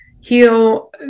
heal